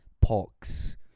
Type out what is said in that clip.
pox